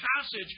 passage